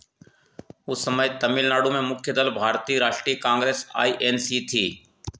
उस समय तमिलनाडु में मुख्य दल भारतीय राष्ट्रीय कांग्रेस आई एन सी थी